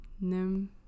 nim